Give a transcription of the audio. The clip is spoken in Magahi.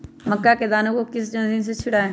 मक्का के दानो को किस मशीन से छुड़ाए?